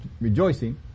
rejoicing